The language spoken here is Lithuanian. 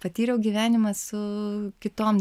patyriau gyvenimą su kitom